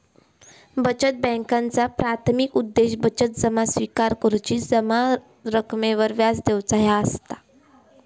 बचत बॅन्कांचा प्राथमिक उद्देश बचत जमा स्विकार करुची, जमा रकमेवर व्याज देऊचा ह्या असता